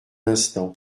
instant